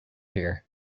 here